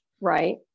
Right